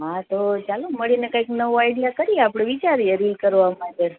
હા તો ચાલો મળીને કાંઈક નવો આઈડિયા કરીયે આપણે વિચારીયે રીલ કરવા માટે